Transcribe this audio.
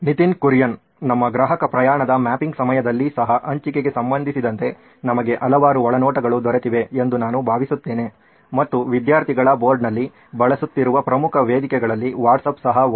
ನಿತಿನ್ ಕುರಿಯನ್ ನಮ್ಮ ಗ್ರಾಹಕ ಪ್ರಯಾಣದ ಮ್ಯಾಪಿಂಗ್ ಸಮಯದಲ್ಲಿ ಸಹ ಹಂಚಿಕೆಗೆ ಸಂಬಂಧಿಸಿದಂತೆ ನಮಗೆ ಹಲವಾರು ಒಳನೋಟಗಳು ದೊರೆತಿವೆ ಎಂದು ನಾನು ಭಾವಿಸುತ್ತೇನೆ ಮತ್ತು ವಿದ್ಯಾರ್ಥಿಗಳ ಬೋರ್ಡ್ನಲ್ಲಿ ಬಳಸುತ್ತಿರುವ ಪ್ರಮುಖ ವೇದಿಕೆಗಳಲ್ಲಿ ವಾಟ್ಸಾಪ್ ಸಹ ಒಂದು